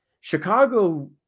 Chicago